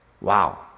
Wow